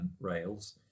rails